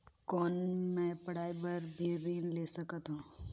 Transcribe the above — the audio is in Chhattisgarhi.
कौन मै पढ़ाई बर भी ऋण ले सकत हो?